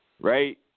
right